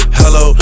hello